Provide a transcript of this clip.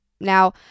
Now